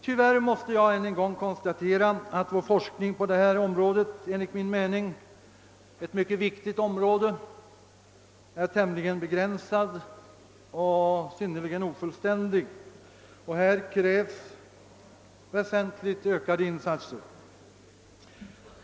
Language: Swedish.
Tyvärr måste jag än en gång konstatera, att vår forskning på detta enligt beteenden och handlingsmönster min mening mycket viktiga område är tämligen begränsad och synnerligen ofullständig. Här krävs väsentligt ökade insatser.